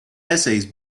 essays